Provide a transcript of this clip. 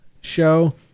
show